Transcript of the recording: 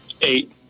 Eight